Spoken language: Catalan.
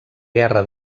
guerra